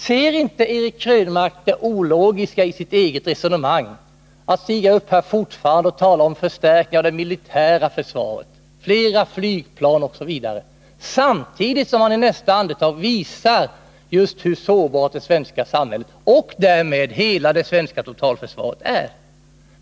Märker inte Eric Krönmark det ologiska i sitt eget resonemang? Han går upp här och talar om förstärkningar av det militära försvaret, om behovet av fler flygplan osv., men i nästa andetag framhåller han hur sårbart det svenska samhället och därmed hela det svenska totalförsvaret är.